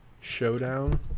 showdown